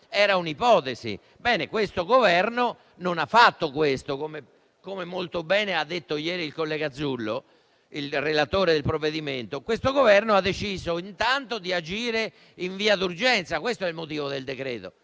Era un'ipotesi, ma questo Governo non lo ha fatto, come ieri ha detto molto bene il collega Zullo, il relatore del provvedimento. Questo Governo ha deciso intanto di agire in via d'urgenza. Questo è il motivo del decreto-legge: